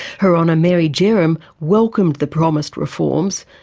her honour mary jerram welcomed the promised reforms,